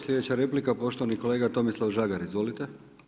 Sljedeća replika poštovani kolega Tomislav Žagar, izvolite.